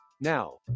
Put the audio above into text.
Now